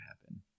happen